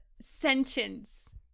sentence